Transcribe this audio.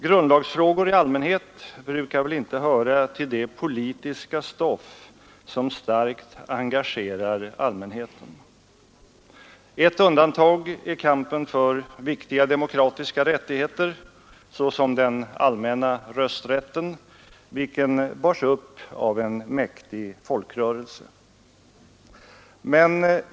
Grundlagsfrågor i allmänhet brukar väl inte höra till det politiska stoff som starkt engagerar allmänheten. Ett undantag är kampen för viktiga demokratiska rättigheter, såsom den allmänna rösträtten, vilken bars upp av en mäktig folkrörelse.